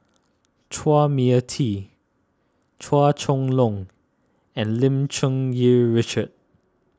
Chua Mia Tee Chua Chong Long and Lim Cherng Yih Richard